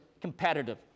competitive